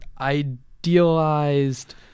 idealized